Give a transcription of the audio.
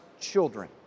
children